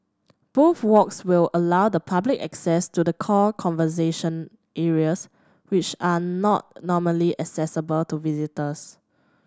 both walks will allow the public access to the core conservation areas which are not normally accessible to visitors